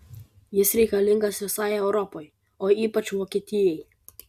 jis reikalingas visai europai o ypač vokietijai